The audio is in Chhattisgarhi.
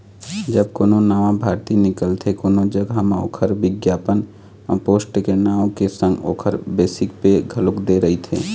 जब कोनो नवा भरती निकलथे कोनो जघा म ओखर बिग्यापन म पोस्ट के नांव के संग ओखर बेसिक पे घलोक दे रहिथे